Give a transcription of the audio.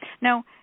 now